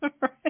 Right